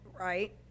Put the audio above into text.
Right